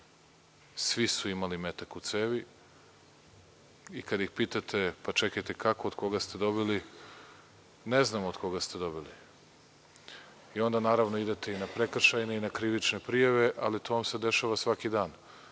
svi su imali metak u cevi, kada ih pitate – čekajte kako od koga ste dobili, ne znam od koga ste dobili. Onda, idete i na prekršajne i na krivične prijave, ali to vam se dešava svaki dan. Onda